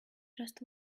just